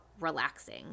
relaxing